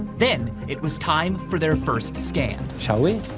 then it was time for their first scan. shall we?